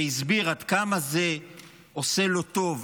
שהסביר עד כמה זה עושה לו טוב,